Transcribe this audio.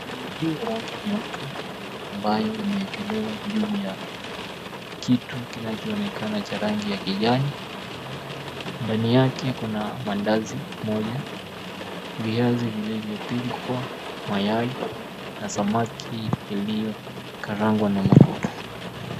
Sahani nyeupe ambayo imeekelewa juu ya kitu kinachoonekana kuwa cha rangi ya kijani ndani yake kuna mandazi moja, viazi vilivyopikwa, mayai na samaki iliyokarangwa na mafuta.